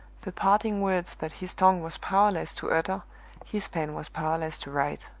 the parting words that his tongue was powerless to utter his pen was powerless to write.